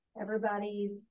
everybody's